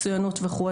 מצוינות וכו'.